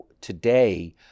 today